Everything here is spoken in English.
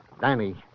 Danny